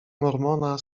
mormona